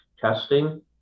testing